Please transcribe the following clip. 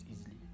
easily